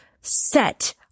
set